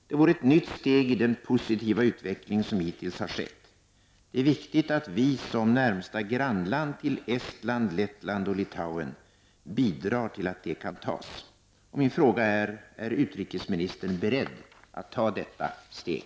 Det vore ett nytt steg i den positiva utveckling som hittills skett. Det är viktigt att vi som närmsta grannland till Estland, Lettland och Litauen bidrar till att det kan tas. Min fråga är: Är utrikesministern beredd att ta detta steg?